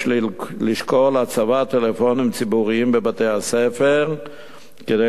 יש לשקול הצבת טלפונים ציבוריים בבתי-הספר כדי